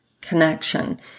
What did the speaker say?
connection